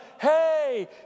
Hey